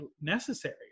necessary